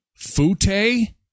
Fute